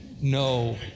no